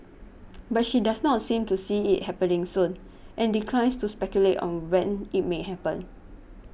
but she does not seem to see it happening soon and declines to speculate on when it may happen